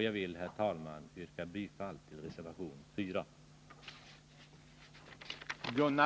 Jag vill, herr talman, yrka bifall till reservation 4.